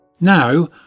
Now